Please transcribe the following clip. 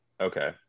Okay